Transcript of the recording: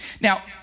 Now